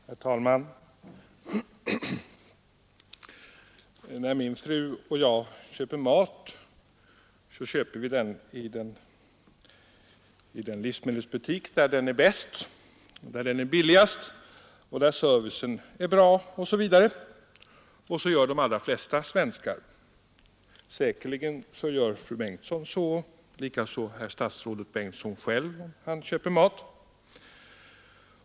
Herr talman! När min fru och jag köper mat, så gör vi det i den livsmedelsbutik där maten är bäst och billigast och där servicen är bra osv. Så gör också de allra flesta svenskar. Säkerligen gör fru Bengtsson på samma sätt och likaså herr statsrådet Bengtsson själv, när han köper mat.